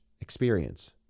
experience